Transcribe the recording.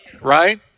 right